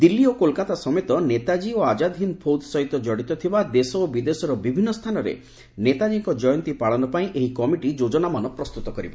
ଦିଲ୍ଲୀ ଓ କୋଲ୍କାତା ସମେତ ନେତାଜୀ ଓ ଆକାଦ୍ ହିନ୍ଦ୍ ଫୌକ୍ କଡ଼ିତ ଥିବା ଦେଶ ଓ ବିଦେଶର ବିଭିନ୍ନ ସ୍ଥାନରେ ନେତାଜୀଙ୍କ ଜୟନ୍ତୀ ପାଳନ ପାଇଁ ଏହି କମିଟି ଯୋଜନାମାନ ପ୍ରସ୍ତୁତ କରିବ